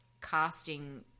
casting